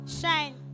shine